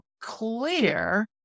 clear